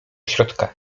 środka